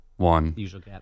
One